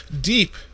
deep